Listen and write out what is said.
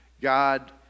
God